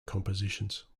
compositions